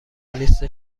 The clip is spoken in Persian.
لیست